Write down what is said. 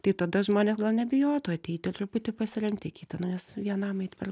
tai tada žmonės gal nebijotų ateiti ir truputį pasiremt į kitą nu nes vienam eit per